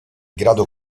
grado